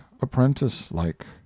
apprentice-like